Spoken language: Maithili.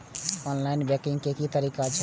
ऑनलाईन बैंकिंग के की तरीका छै?